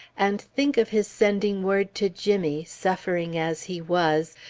and think of his sending word to jimmy, suffering as he was,